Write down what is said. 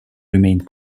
remained